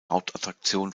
hauptattraktion